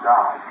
God